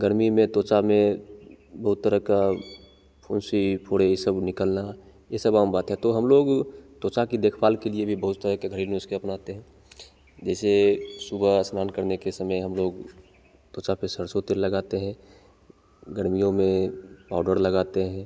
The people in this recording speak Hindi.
गर्मी में त्वचा में बहुत तरह का फुंसी फोड़े ये सब निकलना ये सब आम बात है तो हम लोग त्वचा की देखभाल के लिए भी बहुत तरह के घरेलू नुस्खे अपनानाते हैं जैसे सुबह स्नान करने के समय हम लोग त्वचा पर सरसों तेल लगाते हैं गर्मियों में पाउडर लगाते हैं